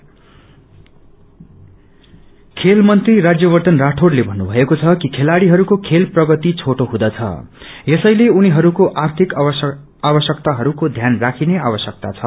सोदस खेल मंत्री रान्यवर्षन राठौंडले ीन्नुभएको छ कि खेलाड़ीहरूको खेलप्रगति छेटो हुँदछ यसैले उनीहरूको आध्रिक आवश्यकताहरूको ध्यन राखिने आवश्यक्ता छ